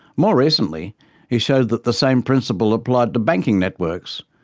more recently he showed that the same principle applied to banking networks,